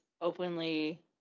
openly